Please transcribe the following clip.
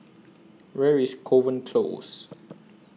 Where IS Kovan Close